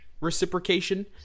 reciprocation